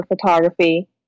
photography